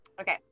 Okay